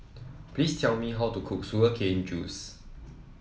please tell me how to cook Sugar Cane Juice